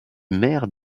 maire